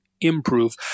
improve